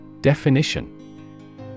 Definition